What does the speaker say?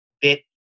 bit